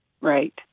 Right